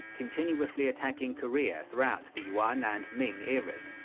continuously attacking korea throughout the yuan and ming eras,